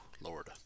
Lord